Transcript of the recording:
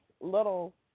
little